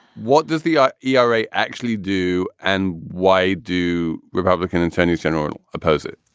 what does the ah yeah ah nra actually do and why do republican attorney general oppose it?